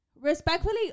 Respectfully